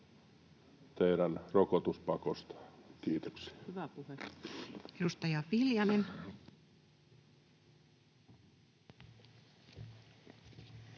teidän rokotuspakostanne. — Kiitoksia.